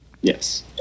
Yes